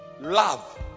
love